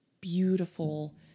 beautiful